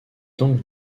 donc